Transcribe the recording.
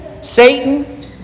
Satan